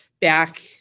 back